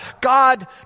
God